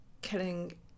killing